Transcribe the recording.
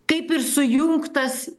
kaip ir sujungtas